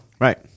Right